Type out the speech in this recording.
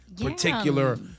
particular